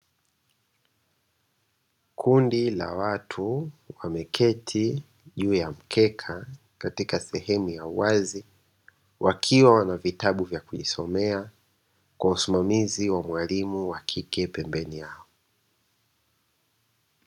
Kundi la watu wameketi juu ya mkeka katika sehemu ya wazi, wakiwa wana vitabu vya kujisomea kwa umsimamizi wa mwalimu wa kike pembeni yao.